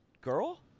girl